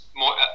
more